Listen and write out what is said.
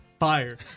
Fire